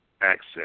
access